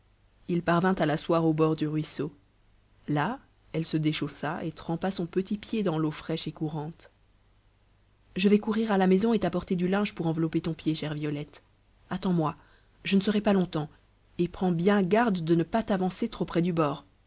il parvint à l'asseoir au bord du ruisseau là elle se déchaussa et trempa son petit pied dans l'eau fraîche et courante je vais courir à la maison et t'apporter du linge pour envelopper ton pied chère violette attends-moi je ne serai pas longtemps et prends bien garde de ne pas t'avancer trop près du bord